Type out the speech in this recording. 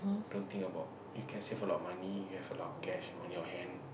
don't think about you can save a lot of money you have a lot of cash on your hand